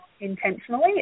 intentionally